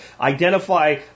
Identify